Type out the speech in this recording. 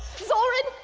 zorin,